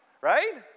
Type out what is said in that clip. right